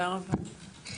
תודה רבה.